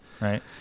Right